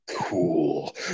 Cool